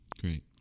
great